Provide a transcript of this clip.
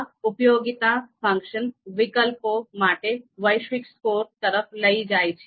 આ ઉપયોગિતા ફંક્શન વિકલ્પો માટે વૈશ્વિક સ્કોર તરફ લઇ જાય છે